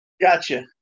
Gotcha